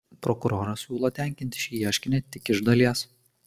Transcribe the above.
prokuroras siūlo tenkinti šį ieškinį tik iš dalies